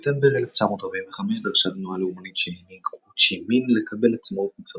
בספטמבר 1945 דרשה תנועה לאומנית שהנהיג הו צ'י מין לקבל עצמאות מצרפת,